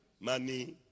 money